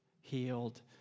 healed